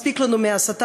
מספיק לנו מהסתה,